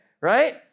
right